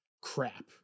crap